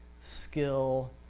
skill